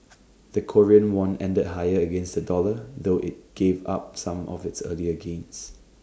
the Korean won ended higher against the dollar though IT gave up some of its earlier gains